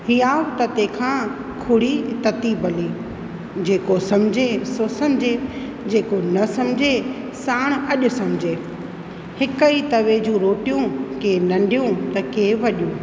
या तते खां खुड़ी तती भली जेको समुझे सो समुह जेको न समुझे साणि अॼु समुझे हिकु ई तवे जूं रोटियूं कंहिं नंढियूं त कंहिं वॾियूं